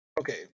Okay